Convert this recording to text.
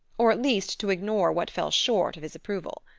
or at least to ignore what fell short of his approval.